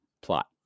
plot